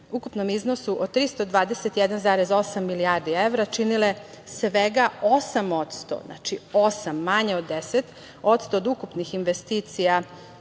ukupnom iznosu od 321,8 milijardi evra činile svega 8%, znači 8%, manje 10%, od ukupnih investicija